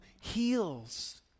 heals